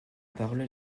parole